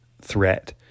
threat